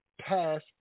pass